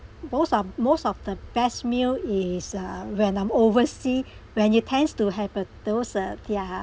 most of most of the best meal is uh when I'm oversea when you tends to have uh those uh their